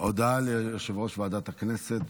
הודעה ליושב-ראש ועדת הכנסת.